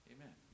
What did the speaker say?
Amen